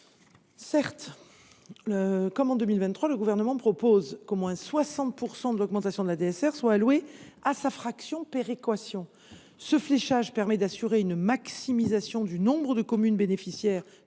Certes, comme en 2023, le Gouvernement propose qu’au moins 60 % de l’augmentation de la DSR soit allouée à sa fraction péréquation. Ce fléchage permet d’assurer une maximisation du nombre de communes bénéficiaires